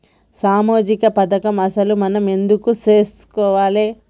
సామాజిక పథకం అసలు మనం ఎందుకు చేస్కోవాలే?